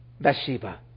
Bathsheba